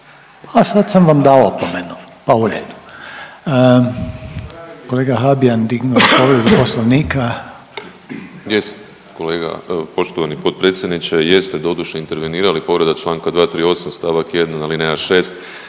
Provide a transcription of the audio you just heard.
a sad sam vam dao opomenu, pa u redu. Kolega Habijan dignuo je povredu Poslovnika. **Habijan, Damir (HDZ)** Jesam, kolega, poštovani potpredsjedniče. Jeste doduše intervenirali, povreda čl. 238 st. 1 alineja 6,